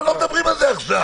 אבל לא מדברים על זה עכשיו.